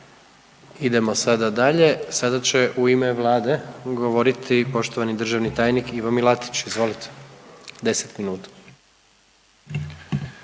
Idemo sada dalje, sada će u ime Vlade govoriti poštovani državni tajnik Ivo Milatić, izvolite, 10 minuta.